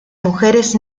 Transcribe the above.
mujeres